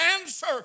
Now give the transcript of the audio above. answer